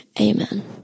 Amen